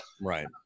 Right